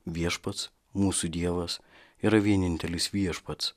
viešpats mūsų dievas yra vienintelis viešpats